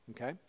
okay